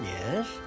Yes